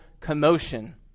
commotion